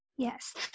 Yes